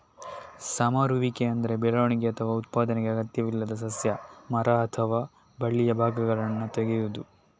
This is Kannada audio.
ಸಮರುವಿಕೆ ಅಂದ್ರೆ ಬೆಳವಣಿಗೆ ಅಥವಾ ಉತ್ಪಾದನೆಗೆ ಅಗತ್ಯವಿಲ್ಲದ ಸಸ್ಯ, ಮರ ಅಥವಾ ಬಳ್ಳಿಯ ಭಾಗಗಳನ್ನ ತೆಗೆಯುದು